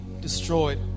destroyed